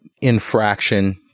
infraction